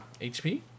HP